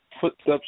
footsteps